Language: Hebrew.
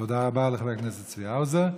תודה רבה לחבר הכנסת צבי האוזר.